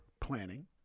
planning